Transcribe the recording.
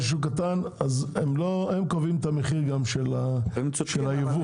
והם קובעים את המחיר של הייבוא.